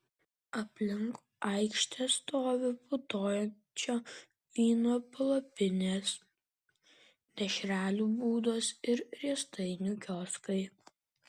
aplinkui aikštę stovi putojančio vyno palapinės dešrelių būdos ir riestainių kioskai